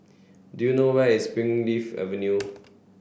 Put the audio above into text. do you know where is Springleaf Avenue